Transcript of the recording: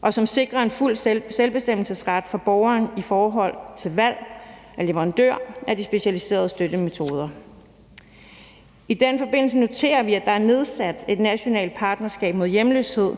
og som sikrer en fuld selvbestemmelsesret for borgeren i forhold til valg af leverandør af de specialiserede støttemetoder. I den forbindelse noterer vi os, at der er nedsat et nationalt partnerskab mod hjemløshed,